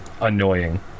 annoying